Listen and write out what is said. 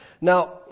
Now